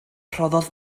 rhoddodd